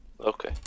Okay